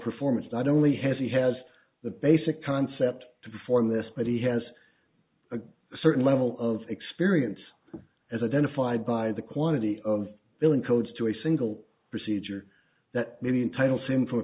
performance not only has he has the basic concept to perform this but he has a certain level of experience as identified by the quantity of building codes to a single procedure that million titles him for